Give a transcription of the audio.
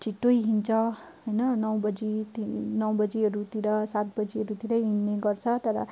छिटै हिन्छ होइन नौ बजीति नौ बजीहरूतिर सात बजीहरूतिरै हिँड्ने गर्छ तर